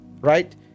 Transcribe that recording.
right